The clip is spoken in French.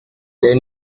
les